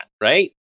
right